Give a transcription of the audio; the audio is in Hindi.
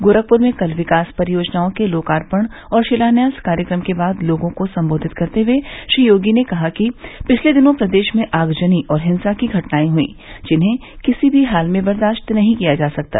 गोरखपुर में कल विकास परियोजनाओं के लोकार्पण और शिलान्यास कार्यक्रम के बाद लोगों को संबोधित करते हुए श्री योगी ने कहा कि पिछले दिनों प्रदेश में आगजनी और हिंसा की घटनाए हुई जिन्हें किसी भी हाल में बर्दाश्त नहीं किया जा सकता